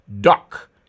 duck